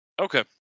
Okay